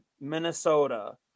Minnesota